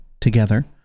together